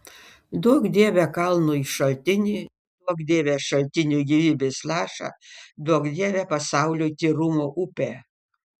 duok dieve kalnui šaltinį duok dieve šaltiniui gyvybės lašą duok dieve pasauliui tyrumo upę